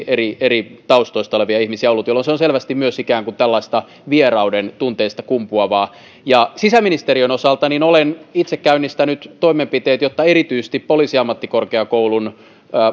eri eri taustoista olevia ihmisiä eikä perinnettä ollut jolloin se on selvästi myös ikään kuin tällaista vierauden tunteista kumpuavaa ja sisäministeriön osalta olen itse käynnistänyt toimenpiteet jotta erityisesti poliisiammattikorkeakoulun